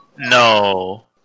no